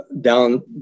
down